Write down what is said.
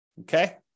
Okay